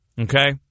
okay